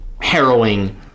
harrowing